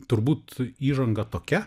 turbūt įžanga tokia